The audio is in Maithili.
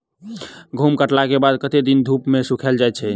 गहूम कटला केँ बाद कत्ते दिन धूप मे सूखैल जाय छै?